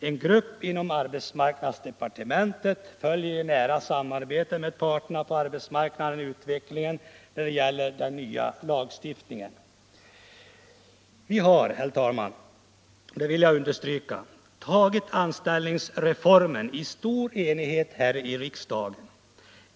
En gruppp inom arbetsmarknadsdepartementet följer i nära samarbete med parterna på arbetsmarknaden utvecklingen när det gäller den nya lagstiftningen.” Vi har, herr talman — det vill jag understryka - genomfört anställningstrygghetsreformen i stor enighet här i riksdagen.